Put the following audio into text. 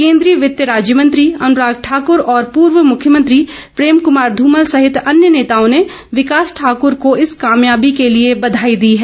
केंद्रीय वित्त राज्य मंत्री अनुराग ठाक्र और पूर्व मुख्यमंत्री प्रेम कमार ध्रमल सहित अन्य नेताओं ने विकास ठाकुर को इस कामयाबी के लिए बधाई दी है